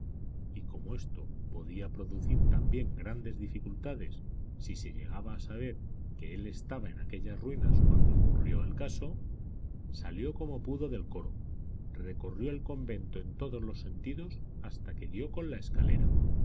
y como esto podía producir también grandes dificultades si se llegaba a saber que él estaba en aquellas ruinas cuando ocurrió el caso salió como pudo del coro recorrió el convento en todos sentidos hasta que dio con la escalera